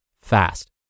fast